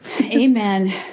amen